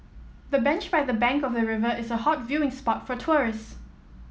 the bench by the bank of the river is a hot viewing spot for tourist